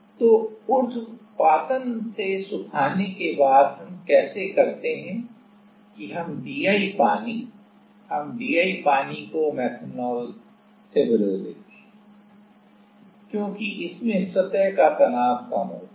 तो उर्ध्वपातन से सुखाने के बाद हम कैसे करते हैं कि हम DI पानी हम DI पानी को मेथनॉल से बदल देते हैं क्योंकि इसमें सतह का तनाव कम होता है